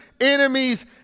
enemies